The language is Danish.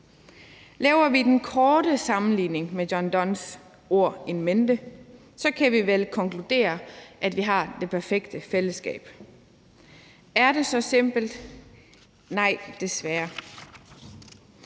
Laver vi den korte sammenligning med John Donnes ord in mente, kan vi vel konkludere, at vi har det perfekte fællesskab. Er det så simpelt? Nej, desværre.